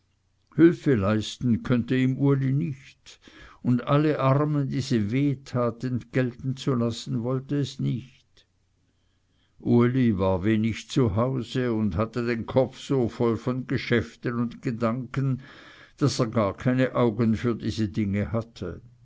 hülfe leisten könne ihm uli nicht und alle armen diese wehtat entgelten lassen wollte es nicht uli war wenig zu hause und hatte den kopf so voll von geschäften und gedanken daß er gar keine augen für diese dinge hatte